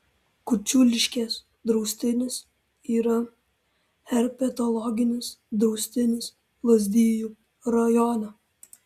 kučiuliškės draustinis yra herpetologinis draustinis lazdijų rajone